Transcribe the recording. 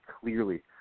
clearly